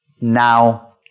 Now